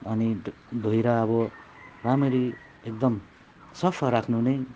अनि धोएर अब राम्ररी एकदम सफा राख्नु नै